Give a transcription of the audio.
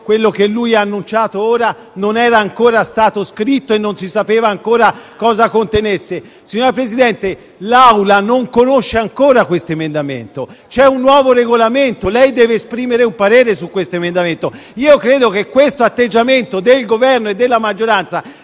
che ha appena annunciato non era ancora stato scritto e non si sapeva ancora cosa contenesse. Signor Presidente, l'Assemblea non conosce ancora questo emendamento, c'è un nuovo Regolamento e lei deve esprimere un parere su quella proposta di modifica. Credo che questo atteggiamento del Governo e della maggioranza